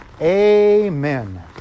Amen